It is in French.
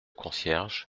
concierge